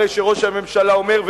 הרי שראש הממשלה אומר,